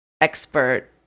expert